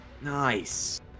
Nice